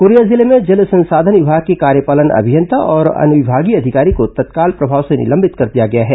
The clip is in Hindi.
कोरिया जिले में जल संसाधन विभाग के कार्यपालन अभियंता और अनुविभागीय अधिकारी को तत्काल प्रभाव से निलंबित कर दिया गया है